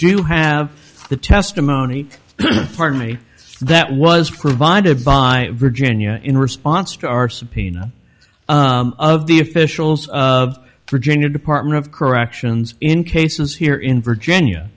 do have the testimony pardon me that was provided by virginia in response to our subpoena of the officials of virginia department of corrections in cases here in virginia